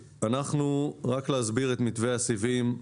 רק להסביר את מתווה הסיבים.